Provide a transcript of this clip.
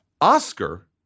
Oscar